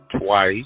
twice